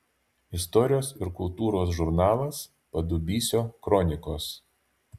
istorijos ir kultūros žurnalas padubysio kronikos